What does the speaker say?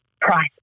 price